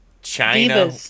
China